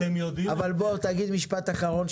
אבל בוא תגיד משפט אחרון,